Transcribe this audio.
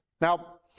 Now